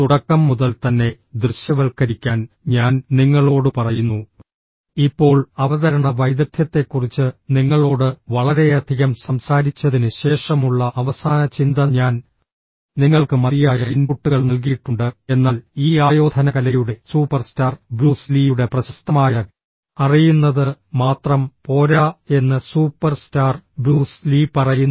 തുടക്കം മുതൽ തന്നെ ദൃശ്യവൽക്കരിക്കാൻ ഞാൻ നിങ്ങളോട് പറയുന്നു ഇപ്പോൾ അവതരണ വൈദഗ്ധ്യത്തെക്കുറിച്ച് നിങ്ങളോട് വളരെയധികം സംസാരിച്ചതിന് ശേഷമുള്ള അവസാന ചിന്ത ഞാൻ നിങ്ങൾക്ക് മതിയായ ഇൻപുട്ടുകൾ നൽകിയിട്ടുണ്ട് എന്നാൽ ഈ ആയോധനകലയുടെ സൂപ്പർസ്റ്റാർ ബ്രൂസ് ലീയുടെ പ്രശസ്തമായ അറിയുന്നത് മാത്രം പോരാ എന്ന് സൂപ്പർസ്റ്റാർ ബ്രൂസ് ലീ പറയുന്നു